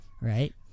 right